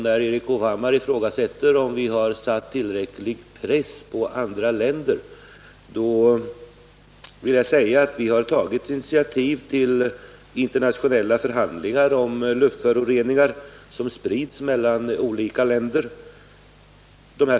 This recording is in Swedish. När Erik Hovhammar ifrågasätter, om vi har satt tillräcklig press på andra länder, vill jag säga att vi har tagit initiativ till internationella förhandlingar om luftföroreningar som sprids mellan olika länder.